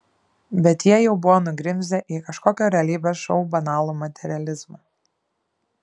bet jie jau buvo nugrimzdę į kažkokio realybės šou banalų materializmą